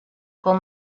con